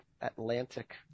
Atlantic